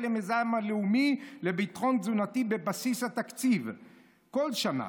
למיזם הלאומי לביטחון תזונתי בבסיס התקציב כל שנה".